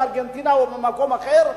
מארגנטינה או ממקום אחר,